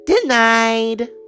Denied